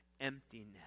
emptiness